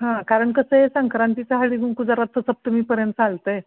हां कारण कसं आहे संक्रांतीचं हळदीकुंकू जरा तर सप्तमीपर्यंत चालतं आहे